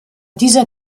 dieser